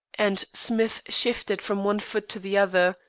and smith shifted from one foot to the other,